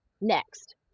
next